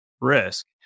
risk